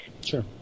Sure